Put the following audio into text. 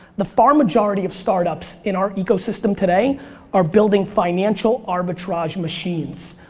the far majority of startups in our ecosystem today are building financial arbitrage machines.